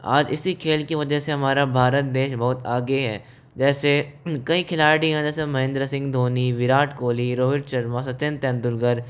आज इसी खेल की वजह से हमारा भारत देश बहुत आगे है जैसे कई खिलाड़ी हैं जैसे महेंद्र सिंह धोनी विराट कोहली रोहित शर्मा सचिन तेंदुलकर